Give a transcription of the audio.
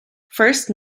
first